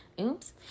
Oops